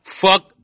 Fuck